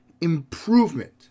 improvement